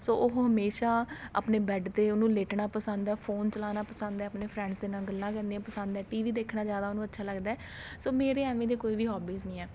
ਸੋ ਉਹ ਹਮੇਸ਼ਾ ਆਪਣੇ ਬੈਡ 'ਤੇ ਉਹਨੂੰ ਲੇਟਣਾ ਪਸੰਦ ਹੈ ਫੋਨ ਚਲਾਉਣਾ ਪਸੰਦ ਹੈ ਆਪਣੇ ਫਰੈਂਡਸ ਦੇ ਨਾਲ ਗੱਲਾਂ ਕਰਨੀਆਂ ਪਸੰਦ ਹੈ ਟੀ ਵੀ ਦੇਖਣਾ ਜ਼ਿਆਦਾ ਉਹਨੂੰ ਅੱਛਾ ਲੱਗਦਾ ਹੈ ਸੋ ਮੇਰੇ ਐਵੇਂ ਦੇ ਕੋਈ ਵੀ ਹੋਬੀਸ ਨਹੀਂ ਹੈ